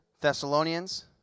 Thessalonians